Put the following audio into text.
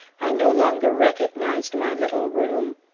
i no longer recognized my little room.